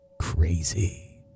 crazy